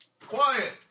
Quiet